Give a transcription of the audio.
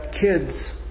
kids